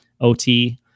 OT